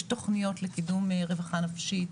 יש תוכניות לקידום רווחה נפשית,